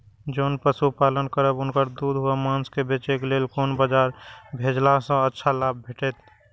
जोन पशु पालन करब उनकर दूध व माँस के बेचे के लेल कोन बाजार भेजला सँ अच्छा लाभ भेटैत?